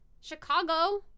Chicago